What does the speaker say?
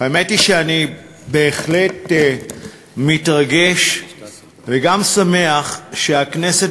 האמת היא שאני בהחלט מתרגש וגם שמח שהכנסת